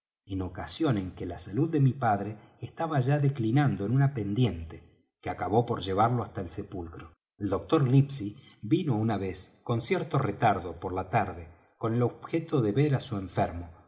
en ocasión en que la salud de mi padre estaba ya declinando en una pendiente que acabó por llevarlo hasta el sepulcro el doctor livesey vino una vez con cierto retardo por la tarde con el objeto de ver á su enfermo